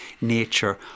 nature